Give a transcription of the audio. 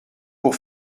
pour